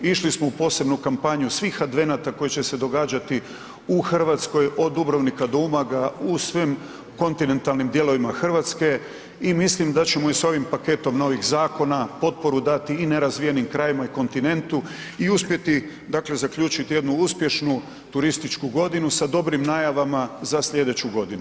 Išli smo u posebnu kampanju svih advenata koji će se događati u Hrvatskoj, od Dubrovnika do Umaga u svim kontinentalnim dijelovima Hrvatske i mislim da ćemo i s ovim paketom novih zakona potporu dati i nerazvijenim krajevima i kontinentu i uspjeti zaključiti jednu uspješnu turističku godinu sa dobrim najavama za sljedeću godinu.